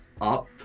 up